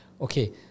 Okay